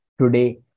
today